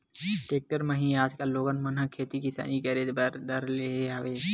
tractor म ही आजकल लोगन मन ह खेती किसानी करे बर धर ले हवय